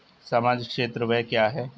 सामाजिक क्षेत्र व्यय क्या है?